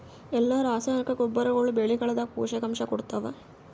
ಎಲ್ಲಾ ರಾಸಾಯನಿಕ ಗೊಬ್ಬರಗೊಳ್ಳು ಬೆಳೆಗಳದಾಗ ಪೋಷಕಾಂಶ ಕೊಡತಾವ?